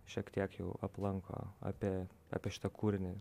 šiek tiek jau aplanko apie apie šitą kūrinį